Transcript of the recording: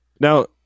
Now